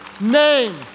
name